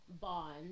bond